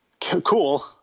cool